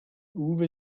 uwe